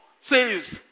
says